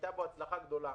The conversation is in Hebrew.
הייתה הצלחה גדולה.